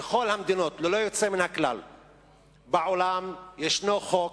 בעולם ללא יוצא מן הכלל יש חוק